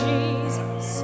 Jesus